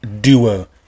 duo